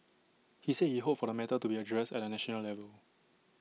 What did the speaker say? he said he hoped for the matter to be addressed at A national level